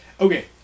Okay